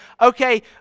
okay